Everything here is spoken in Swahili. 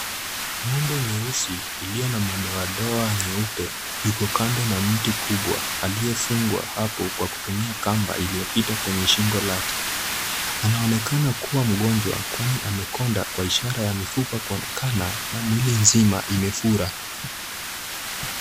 Ng'ombe nyeusi iliyo na madoadoa nyeupe, yuko kando na mti mkubwa aliyefungwa hapo kwa kutumia kamba iliyopita kwenye shingo lake. Anaonekana kuwa mgonjwa kwani amekonda kwa ishara ya mifupa kuonekana na mwili mzima imefura.